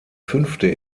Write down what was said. fünfte